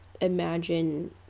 imagine